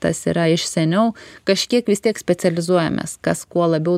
tas yra iš seniau kažkiek vis tiek specializuojamės kas kuo labiau